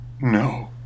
No